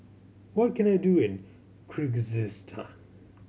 what can I do in Kyrgyzstan